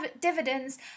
dividends